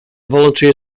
voluntary